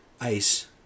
ice